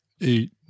Eight